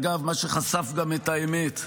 אגב, מה שחשף גם את האמת: